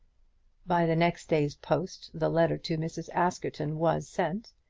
by the next day's post the letter to mrs. askerton was sent,